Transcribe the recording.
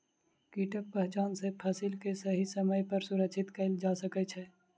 कीटक पहचान सॅ फसिल के सही समय पर सुरक्षित कयल जा सकै छै